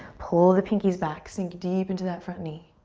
pull the pinkies back, sink deep into that front knee.